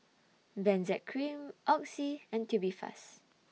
Benzac Cream Oxy and Tubifast